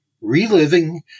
Reliving